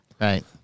Right